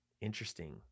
Interesting